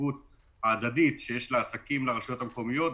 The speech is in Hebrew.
החשיבות ההדדית שיש לעסקים לרשויות המקומיות,